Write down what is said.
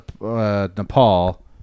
Nepal